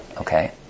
Okay